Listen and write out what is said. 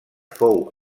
fou